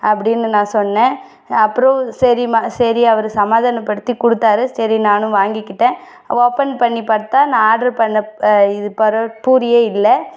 அப்படின்னு நான் சொன்னேன் அப்புறோம் சரிமா சரி அவர் சமாதானப்படுத்தி கொடுத்தாரு சரி நானும் வாங்கிக்கிட்டேன் ஓப்பன் பண்ணி பார்த்தா நான் ஆர்ட்ரு பண்ண இது பரோ பூரியே இல்லை